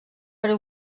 per